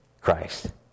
Christ